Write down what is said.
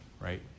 right